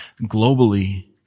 globally